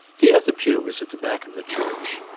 the other pew was at the back of the church.